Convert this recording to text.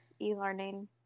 e-learning